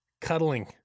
Cuddling